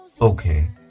Okay